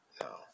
no